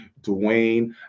Dwayne